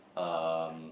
um